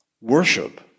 worship